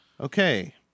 Okay